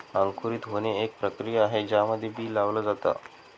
अंकुरित होणे, एक प्रक्रिया आहे ज्यामध्ये बी लावल जाता